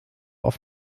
auf